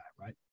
right